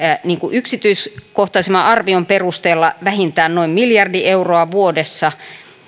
yksityiskohtaisemman arvion perusteella vähintään noin miljardi euroa vuodessa